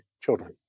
children